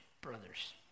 brothers